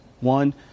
One